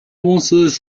公司